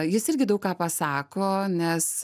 jis irgi daug ką pasako nes